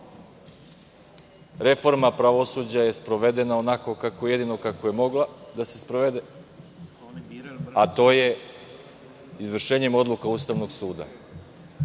Reforma pravosuđa je sprovedena onako kako je jedino mogla da se sprovede, a to je izvršenjem odluka Ustavnog suda.